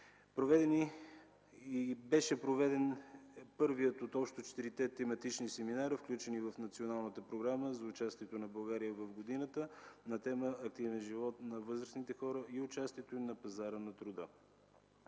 граждани. Беше проведен и първият от общо четирите тематични семинара, включени в Националната програма за участието на България в годината на тема „Активен живот на възрастните хора и участието им на пазара на труда”.